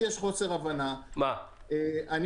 אנחנו,